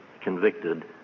convicted